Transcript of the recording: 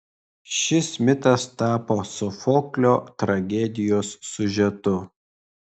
šis mitas tapo sofoklio tragedijos siužetu